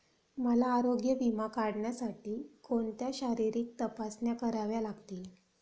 मला आरोग्य विमा काढण्यासाठी कोणत्या शारीरिक तपासण्या कराव्या लागतील?